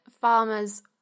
farmers